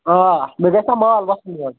آ مےٚ گژھِ نا مال وۅتھُن گۅڈٕ